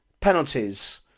penalties